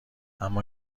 اما